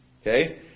Okay